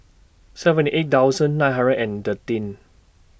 seventy eight thousand nine hundred and thirteen